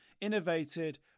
Innovated